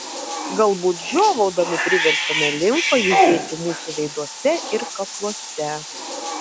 galbūt žiovaudami priverčiame limfą judėti mūsų veiduose ir kakluose